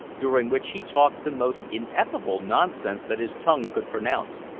during which he talked the most ineffable nonsense that his tongue could pronounce,